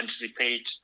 anticipate